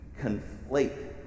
conflate